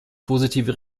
positive